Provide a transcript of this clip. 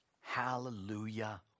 Hallelujah